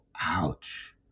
ouch